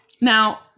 now